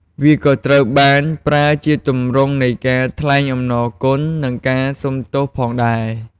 វាក៏ត្រូវបានប្រើជាទម្រង់នៃការថ្លែងអំណរគុណ ឬការសុំទោសផងដែរ។